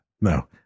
No